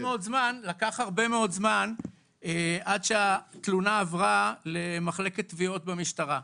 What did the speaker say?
לקח הרבה מאוד זמן עד שהתלונה עברה למחלקת תביעות במשטרה.